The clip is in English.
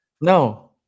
No